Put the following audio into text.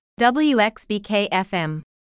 WXBK-FM